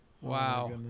Wow